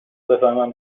بفهمم